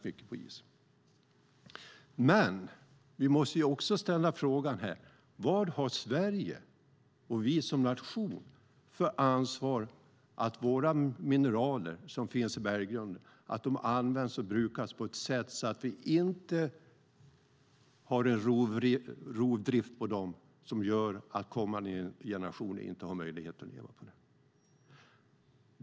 Men vi måste också ställa frågan: Vad har Sverige och vi som nation för ansvar för att de mineraler som finns i vår berggrund inte används och brukas på ett sådant sätt att det blir en rovdrift som gör att kommande generationer inte har möjlighet att leva på dem?